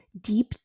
deep